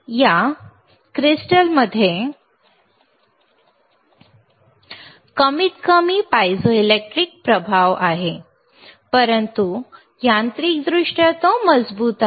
या क्रिस्टलचा कमीतकमी पायझोइलेक्ट्रिक प्रभाव आहे परंतु यांत्रिकदृष्ट्या तो मजबूत आहे